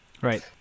Right